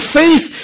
faith